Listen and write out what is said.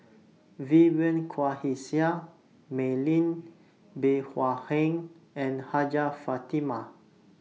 Vivien Quahe Seah Mei Lin Bey Hua Heng and Hajjah Fatimah